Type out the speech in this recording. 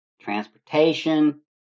transportation